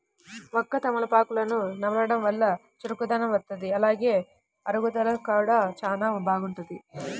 వక్క, తమలపాకులను నమలడం వల్ల చురుకుదనం వత్తది, అలానే అరుగుదల కూడా చానా బాగుంటది